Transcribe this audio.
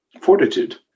fortitude